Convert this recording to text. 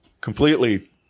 completely